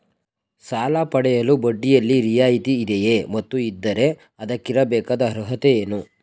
ಸಾಲ ಪಡೆಯಲು ಬಡ್ಡಿಯಲ್ಲಿ ರಿಯಾಯಿತಿ ಇದೆಯೇ ಮತ್ತು ಇದ್ದರೆ ಅದಕ್ಕಿರಬೇಕಾದ ಅರ್ಹತೆ ಏನು?